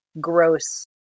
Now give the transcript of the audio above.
gross